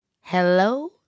Hello